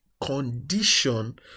condition